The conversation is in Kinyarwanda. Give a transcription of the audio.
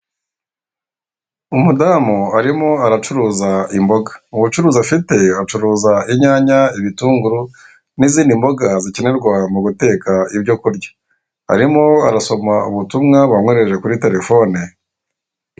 Umudamu arimo aracuruza imboga, ubucuruzi afite acuruza inyanya, ibitunguru n'izindi mboga zikenerwa mu guteka ibyo kurya. Arimo arasoma ubutumwa bamwoherereje kuri telefoni.